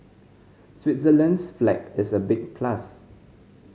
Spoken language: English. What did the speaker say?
Switzerland's flag is a big plus